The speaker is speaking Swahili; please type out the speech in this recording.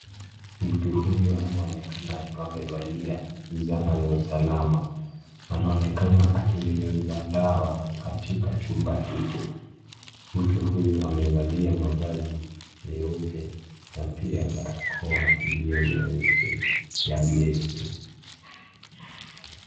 Mtu huyu anaonekana akiwa amevalia zana za salama, anaonekana akinyunyuza dawa katika chumba hiki, mtu huyu amevalia mavazi meupe na pia barakoa iliyo nyeusi ya miezi.